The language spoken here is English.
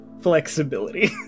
Flexibility